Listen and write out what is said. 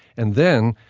and then,